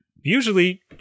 Usually